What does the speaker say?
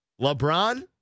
LeBron